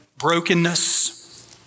brokenness